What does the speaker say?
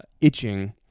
itching